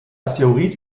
asteroid